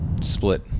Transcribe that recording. Split